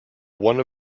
one